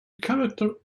character